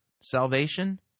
salvation